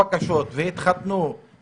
שהיא בבסיס חוות הדעת כפי שהוגשה לממשלה,